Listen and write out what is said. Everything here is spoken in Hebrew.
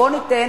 נמשיך.